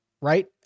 right